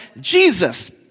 Jesus